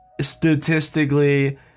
Statistically